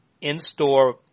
in-store